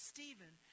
Stephen